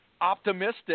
optimistic